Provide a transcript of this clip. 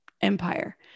Empire